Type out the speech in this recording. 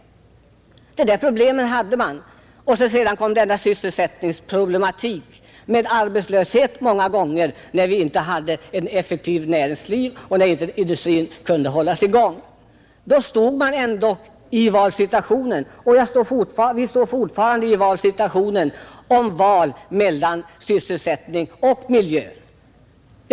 Detta problem hade man, och sedan kom sysselsättningsproblematiken med arbetslöshet många gånger när vi inte hade ett effektivt näringsliv och industrin inte kunde hållas i gång. Då stod man ändå i valsituationen. Vi står fortfarande i en valsituation mellan sysselsättning och miljö.